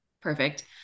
perfect